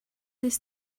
this